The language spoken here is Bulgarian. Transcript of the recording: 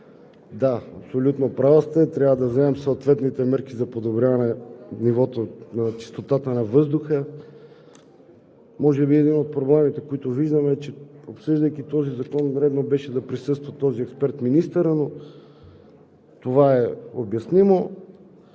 да, абсолютно права сте – трябва да вземем съответните мерки за подобряване нивото на чистотата на въздуха. Може би един от провалите, които виждаме, е, че обсъждайки този закон, редно беше да присъства този експерт – министърът, но това е обяснимо.